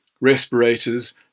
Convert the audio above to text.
Respirators